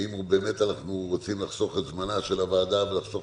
ואם אנחנו רוצים לחסוך את זמנה של הוועדה ולחסוך